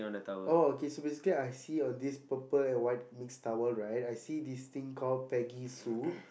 oh okay so basically I see on this purple and white mixed towel right I see this thing called Peggy Sue